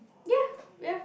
ya ya